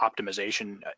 optimization